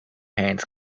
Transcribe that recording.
hands